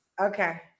Okay